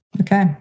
okay